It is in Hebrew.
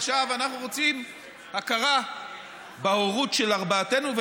עכשיו אנחנו רוצים הכרה בהורות של ארבעתנו,